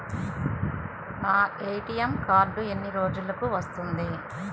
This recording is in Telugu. నా ఏ.టీ.ఎం కార్డ్ ఎన్ని రోజులకు వస్తుంది?